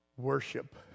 worship